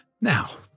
Now